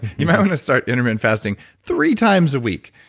you might want to start intermittent fasting three times a week.